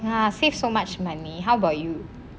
save so much money how about you